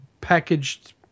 packaged